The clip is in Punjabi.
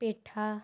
ਪੇਠਾ